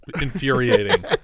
infuriating